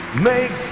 made